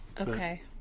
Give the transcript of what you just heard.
Okay